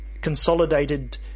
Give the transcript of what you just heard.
consolidated